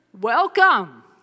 welcome